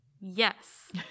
Yes